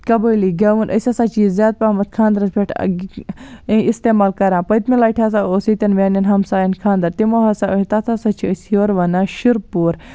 قبٲلی گٮ۪وُن أسۍ ہسا چھِ یہِ زیادٕ پہمتھ خانٛدرَن پٮ۪ٹھ اِستعمال کَران پٔتمہِ لَٹہِ ہسا اوس ییٚتٮ۪ن میانٮ۪ن ہَمسایَن خانٛدر تِمو ہسا أنۍ تَتھ ہسا چھِ أسۍ یورٕ وَنان شِرپوٗر